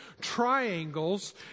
triangles